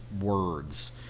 words